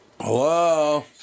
Hello